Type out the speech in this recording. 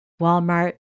Walmart